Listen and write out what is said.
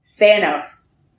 Thanos